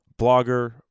blogger